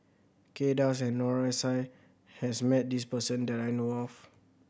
Kay Das and Noor S I has met this person that I know of